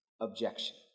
objection